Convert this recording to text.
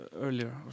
earlier